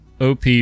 OP